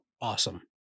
awesome